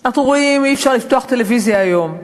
אנחנו רואים שאי-אפשר לפתוח טלוויזיה היום.